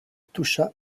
toucha